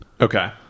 Okay